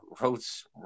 Roads